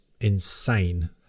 insane